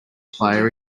player